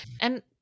And-